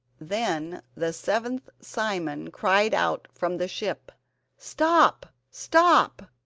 then the seventh simon cried out from the ship stop! stop!